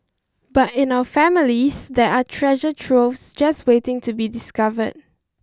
but in our families there are treasure troves just waiting to be discovered